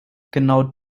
genau